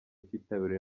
cyitabiriwe